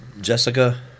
Jessica